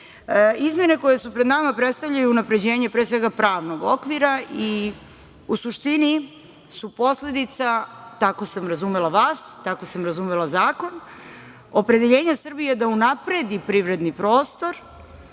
toga. Izmene koje su pred nama predstavljaju unapređenje pre svega pravnog okvira i u suštini su posledica, tako sam razumela vas, tako sam razumela zakon, opredeljenja Srbije da unapredi privredni prostor